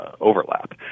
overlap